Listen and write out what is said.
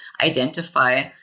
identify